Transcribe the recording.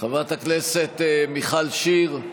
חברת הכנסת מיכל שיר,